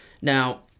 Now